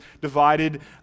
divided